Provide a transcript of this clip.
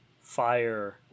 fire